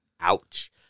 ouch